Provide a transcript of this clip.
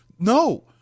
No